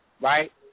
right